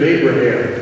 Abraham